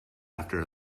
after